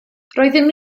roeddwn